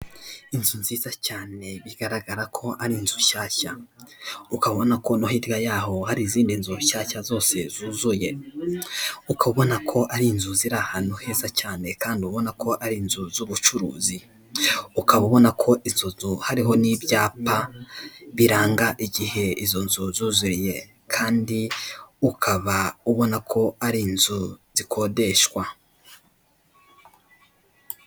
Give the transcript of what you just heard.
Inzu nziza cyane bigaragara ko ari inzu nshyashya, ukaba ubona ko no hirya yaho hari izindi nzu nshyashya zose zuzuye, ukabona ko ari inzu ziri ahantu heza cyane kandi ubona ko ari inzu z'ubucuruzi, ukaba ubona ko izo nzu hariho n'ibyapa biranga igihe izo nzu zuzuriye kandi ukaba ubona ko ari inzu zikodeshwa.